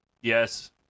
Yes